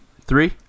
three